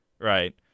right